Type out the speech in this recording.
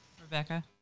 Rebecca